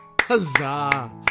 Huzzah